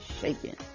shaking